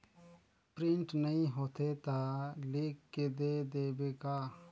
Print नइ होथे ता लिख के दे देबे का?